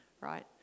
right